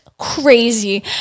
crazy